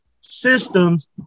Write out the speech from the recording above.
systems